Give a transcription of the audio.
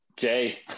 Jay